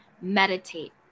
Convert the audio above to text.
Meditate